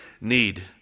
need